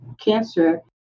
cancer